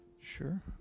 Sure